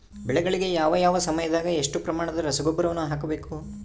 ಬೆಳೆಗಳಿಗೆ ಯಾವ ಯಾವ ಸಮಯದಾಗ ಎಷ್ಟು ಪ್ರಮಾಣದ ರಸಗೊಬ್ಬರವನ್ನು ಹಾಕಬೇಕು?